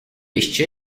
işçi